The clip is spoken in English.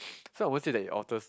so I won't say that it alters